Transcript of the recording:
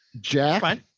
Jack